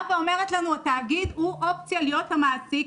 התאגיד הוא אופציה להיות המעסיק,